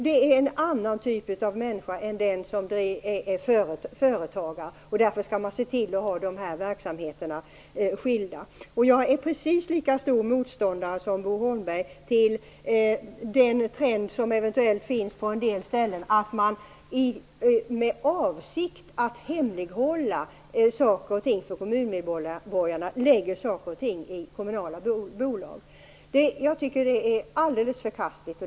Det är en annan typ av människa än den som är företagare. Därför skall man se till att hålla dessa verksamheter skilda. Jag är precis lika stor motståndare som Bo Holmberg till den trend som eventuellt finns på en del ställen att man med avsikt att hemlighålla saker och ting för kommuninnevånarna lägger verksamheter i kommunala bolag. Jag tycker att det är alldeles förkastligt.